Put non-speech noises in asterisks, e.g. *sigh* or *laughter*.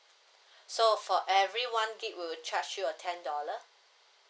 *breath* so for every one gb will charge you a ten dollar